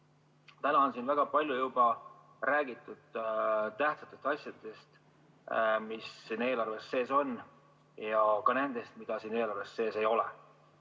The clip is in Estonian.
Täna on siin väga palju juba räägitud tähtsatest asjadest, mis siin eelarves sees on, ja ka nendest, mida siin eelarves sees ei ole.